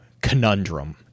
conundrum